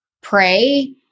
pray